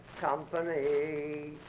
company